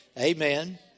Amen